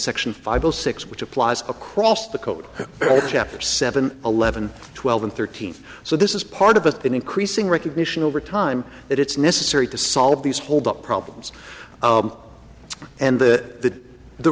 section five zero six which applies across the code chapter seven eleven twelve and thirteen so this is part of a thin increasing recognition over time that it's necessary to solve these hold up problems and that the